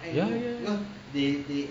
ya ya ya